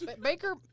Baker